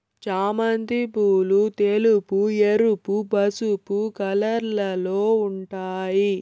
చామంతి పూలు తెలుపు, ఎరుపు, పసుపు కలర్లలో ఉంటాయి